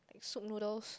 soup noodles